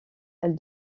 elle